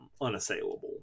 Unassailable